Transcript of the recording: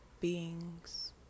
beings